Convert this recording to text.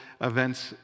events